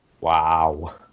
Wow